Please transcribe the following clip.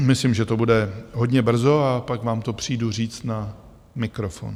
Myslím, že to bude hodně brzy a pak vám to přijdu říct na mikrofon.